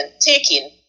taking